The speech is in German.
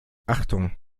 achtung